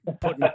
putting